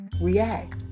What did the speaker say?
react